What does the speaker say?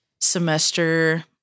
semester